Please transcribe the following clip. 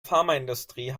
pharmaindustrie